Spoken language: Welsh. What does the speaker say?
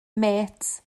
mêts